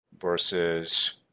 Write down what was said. Versus